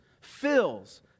fills